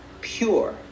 pure